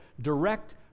direct